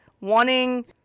wanting